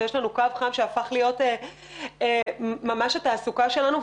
ויש לנו קו חם שהפך להיות ממש התעסוקה שלנו,